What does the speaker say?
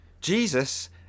Jesus